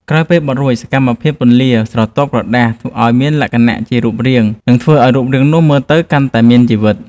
ក្រោយពេលបត់រួច សកម្មភាពពន្លាស្រទាប់ក្រដាសឱ្យមានលក្ខណៈជារូបរាង នឹងធ្វើឱ្យរូបនោះមើលទៅកាន់តែមានជីវិត។